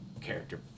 character